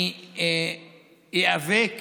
אני איאבק